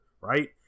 right